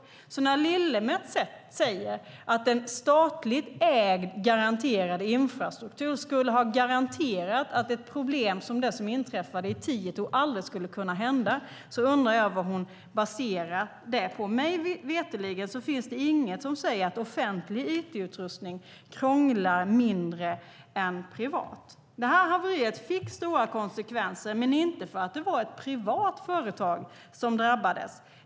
När Lillemets säger att en statligt ägd infrastruktur skulle ha garanterat att ett problem som det som inträffade i Tieto aldrig skulle kunna hända undrar jag vad hon baserar det på. Mig veterligen finns det inget som säger att offentlig it-utrustning krånglar mindre än privat. Tietohaveriet fick stora konsekvenser, men inte för att det var ett privat företag som drabbades.